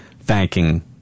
thanking